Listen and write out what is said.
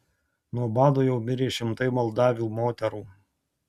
nuo bado jau mirė šimtai moldavių moterų